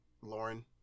Lauren